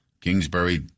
Kingsbury